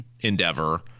endeavor—